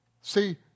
See